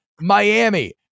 Miami